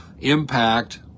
impact